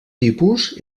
tipus